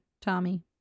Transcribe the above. Tommy